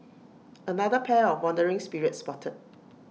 another pair of wandering spirits spotted